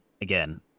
again